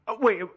Wait